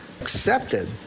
accepted